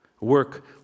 Work